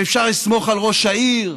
שאפשר לסמוך על ראש העיר.